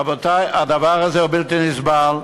רבותי, הדבר הזה הוא בלתי נסבל.